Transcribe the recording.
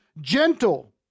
Gentle